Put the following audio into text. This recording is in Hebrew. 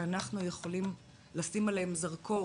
שאנחנו יכולים לשים עליהם זרקור